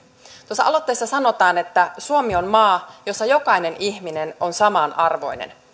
tuossa aloitteessa sanotaan että suomi on maa jossa jokainen ihminen on samanarvoinen